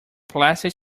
plastic